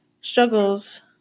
struggles